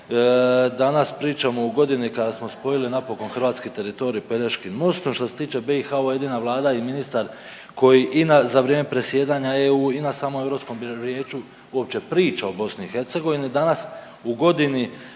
danas pričamo u godini kada smo spojili napokon hrvatski teritorij Pelješkim mostom. Što se tiče BiH ovo je jedina vlada i ministar koji i na za vrijeme predsjedanja EU i na samom Europskom vijeću uopće priča o BiH. Danas u godini